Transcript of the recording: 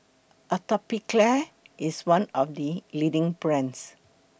Atopiclair IS one of The leading brands